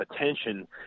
attention